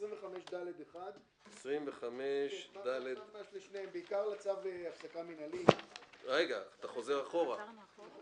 המשטרה אומרת שזה לא קיים